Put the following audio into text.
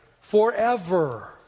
Forever